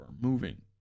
moving